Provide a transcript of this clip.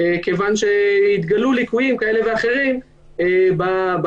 כיוון שהתגלו ליקויים כאלה ואחרים בעבודה,